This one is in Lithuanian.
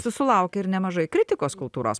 susilaukė ir nemažai kritikos kultūros